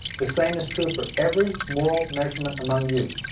the same is true for every moral measurement among youth.